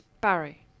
Barry